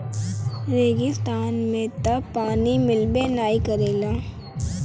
रेगिस्तान में तअ पानी मिलबे नाइ करेला